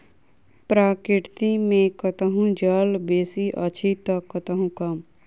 प्रकृति मे कतहु जल बेसी अछि त कतहु कम